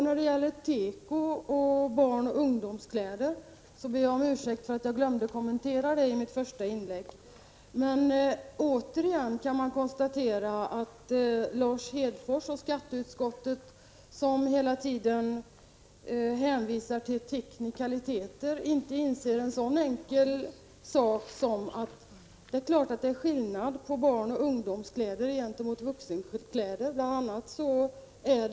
När det gäller teko och barnoch ungdomskläder ber jag om ursäkt för att jag i min första replik glömde svara på den frågan. Återigen kan man konstatera att Lars Hedfors och skatteutskottet, som hela tiden hänvisar till teknikaliteter, inte inser en så enkel sak som att det är skillnad mellan barnoch ungdomskläder å ena sidan och kläder för vuxna å den andra. Bl.